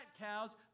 cows